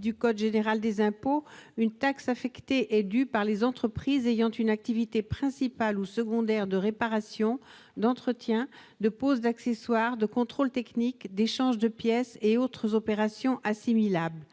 du code général des impôts, une taxe affectée est due par les entreprises ayant une activité principale ou secondaire de réparation, d'entretien, de pose d'accessoires, de contrôle technique, d'échange de pièces et autres opérations assimilables